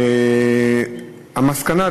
המסקנה,